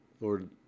Lord